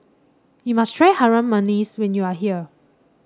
you must try Harum Manis when you are here